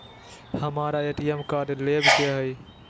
हमारा ATM card लेव के हई